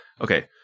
Okay